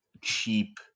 cheap